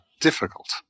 difficult